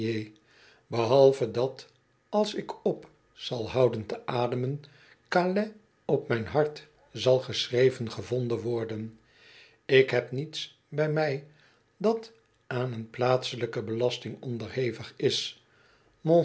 behalve dat als ik op zal houden te ademen calais op mijn hart zal geschreven gevonden worden ik heb niets bij mij dat aan een plaatselijke belasting onderhevig is